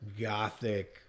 gothic